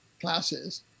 classes